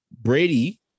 Brady